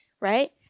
Right